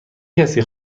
کسی